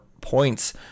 points